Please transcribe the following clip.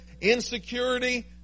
insecurity